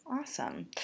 Awesome